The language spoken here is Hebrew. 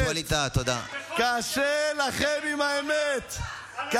קשה לכם עם האמת.